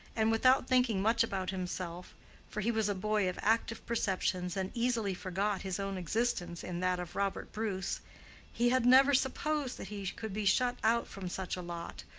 and without thinking much about himself for he was a boy of active perceptions and easily forgot his own existence in that of robert bruce he had never supposed that he could be shut out from such a lot,